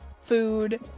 food